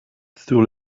sur